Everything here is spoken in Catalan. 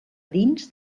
dins